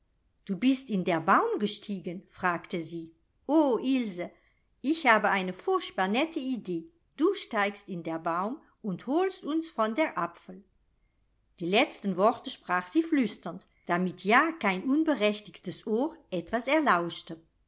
du bist in der baum gestiegen fragte sie o ilse ich habe ein furchtbar nette idee du steigst in der baum und holst uns von der apfel die letzten worte sprach sie flüsternd damit ja kein unberechtigtes ohr etwas erlauschte